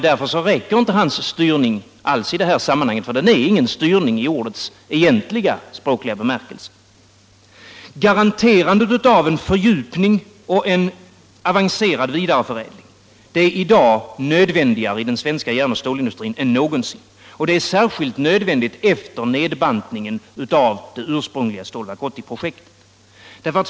Därför räcker inte den styrningen alls i det sammanhanget — den är ingen styrning i ordets egentliga bemärkelse. Garanterandet av en fördjupning och en avancerad vidareförädling är i dag nödvändigare i den svenska järnoch stålindustrin än någonsin, och det är särskilt nödvändigt efter nedbantningen av det ursprungliga Stålverk 80-projektet.